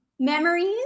Memories